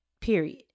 Period